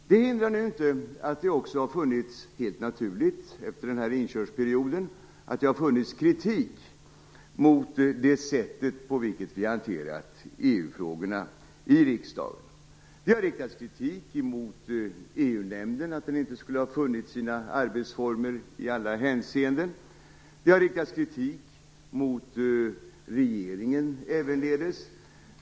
Det hindrar nu inte, vilket är helt naturligt, att det efter den här inkörsperioden också har funnits kritik mot det sätt på vilket vi har hanterat EU-frågorna i riksdagen. Det har riktats kritik mot EU-nämnden för att den inte skulle ha funnit sina arbetsformer i alla hänseenden. Det har ävenledes riktats kritik mot regeringen.